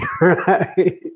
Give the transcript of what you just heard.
right